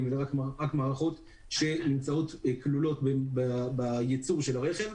אלא רק מערכות שכלולות בייצור של הרכב,